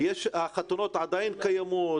החתונות עדיין קיימות?